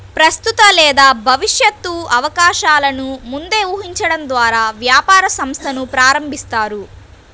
ప్రస్తుత లేదా భవిష్యత్తు అవకాశాలను ముందే ఊహించడం ద్వారా వ్యాపార సంస్థను ప్రారంభిస్తారు